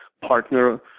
partner